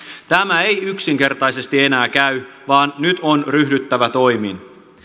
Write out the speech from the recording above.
tämä ei yksinkertaisesti enää käy vaan nyt on ryhdyttävä toimiin